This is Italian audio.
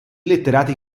letterati